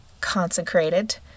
consecrated